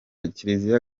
kiliziya